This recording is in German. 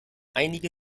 einige